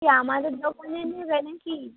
কী আমাদের দোকানে নেবে না কি